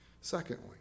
secondly